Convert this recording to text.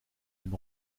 den